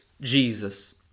Jesus